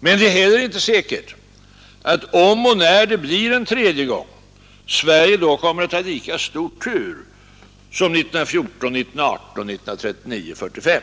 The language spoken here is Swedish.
Men det är heller inte säkert att om och när det blir en tredje gång Sverige då kommer att ha lika stor tur som 1914—1918 och 1939-1945.